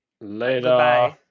Later